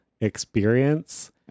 experience